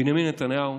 בנימין נתניהו,